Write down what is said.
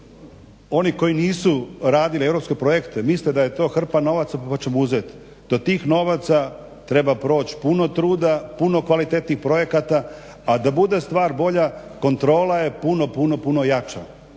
što koji nisu radili europske projekte mislite da to je to hrpa novaca pa ćemo uzet. Do tih novaca treba proći puno truda, puno kvalitetnih projekata, a da bude stvar bolja kontrola je puno, puno, puno jača,